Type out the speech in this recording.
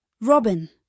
Robin